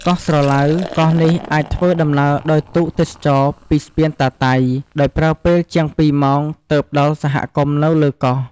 កោះស្រឡៅ កោះនេះអាចធ្វើដំណើរដោយទូកទេសចរណ៍ពីស្ពានតាតៃ ដោយប្រើពេលជាង ២ ម៉ោង ទើបដល់សហគមន៍នៅលើកោះ។